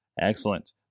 Excellent